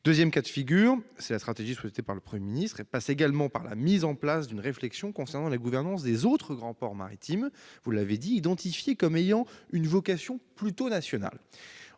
ont été missionnés. Mais la stratégie souhaitée par le Premier ministre passe également par la mise en place d'une réflexion concernant la gouvernance des autres grands ports maritimes, identifiés comme ayant une vocation plutôt nationale.